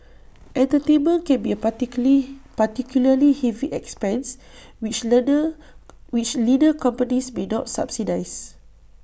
entertainment can be A party curly particularly heavy expense which learner which leaner companies may not subsidise